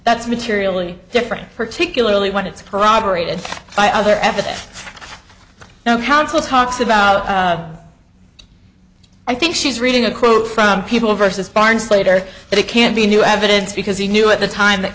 that's materially different particularly when it's corroborated by other evidence now counsels talks about i think she's reading a quote from people versus barnes later but it can't be new evidence because he knew at the time that